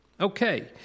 Okay